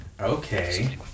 Okay